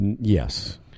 yes